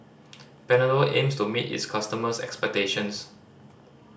panadol aims to meet its customers' expectations